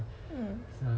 mm